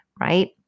right